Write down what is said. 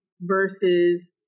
versus